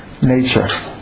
nature